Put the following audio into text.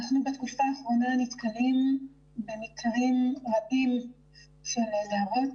אנחנו בתקופה האחרונה נתקלים במקרים רבים של נערות.